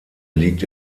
liegt